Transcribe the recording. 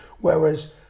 Whereas